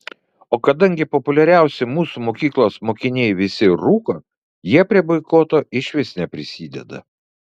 o kadangi populiariausi mūsų mokyklos mokiniai visi rūko jie prie boikoto išvis neprisideda